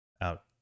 out